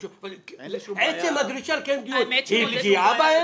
עצם הדרישה לקיים דיון היא פגיעה בהם?